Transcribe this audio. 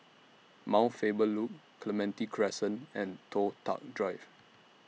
Mount Faber Loop Clementi Crescent and Toh Tuck Drive